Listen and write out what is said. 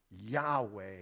Yahweh